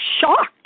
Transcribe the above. shocked